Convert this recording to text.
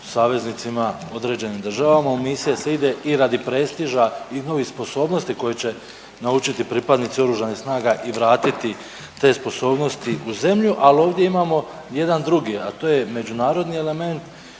saveznicima određenim državama, u misije se ide i radi prestiža njihovih sposobnosti koji će naučiti pripadnici Oružanih snaga i vratiti te sposobnosti u zemlju. Ali ovdje imamo jedan drugi, a to je međunarodni element